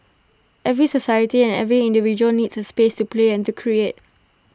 every society and every individual needs A space to play and to create